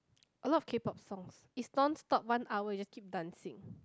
a lot of K-pop songs is non stop one hour you just keep dancing